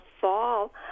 fall